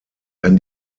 kann